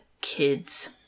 Kids